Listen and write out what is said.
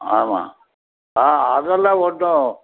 ஆமாம் ஆ அதெலாம் ஒன்றும்